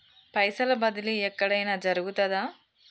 పైసల బదిలీ ఎక్కడయిన జరుగుతదా?